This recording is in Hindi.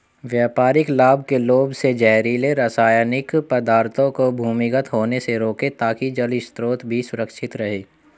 व्यापारिक लाभ के लोभ से जहरीले रासायनिक पदार्थों को भूमिगत होने से रोकें ताकि जल स्रोत भी सुरक्षित रहे